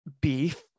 Beef